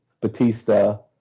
Batista